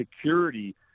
security